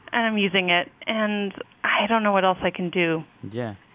and i'm using it. and i don't know what else i can do yeah,